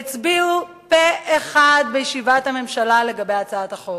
הצביעו פה אחד בישיבת הממשלה לגבי הצעת החוק.